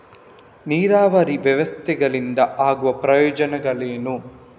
ನೀರಾವರಿ ವ್ಯವಸ್ಥೆಗಳಿಂದ ಆಗುವ ಪ್ರಯೋಜನಗಳೇನು?